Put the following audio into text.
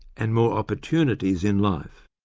and more opportunities in life.